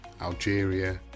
Algeria